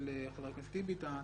הוא תיכף יבוא.